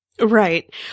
Right